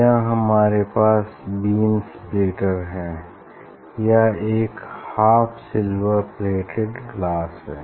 यहाँ हमारे पास बीम स्प्लिटर है या एक हाफ सिलवर प्लेटेड ग्लास है